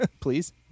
Please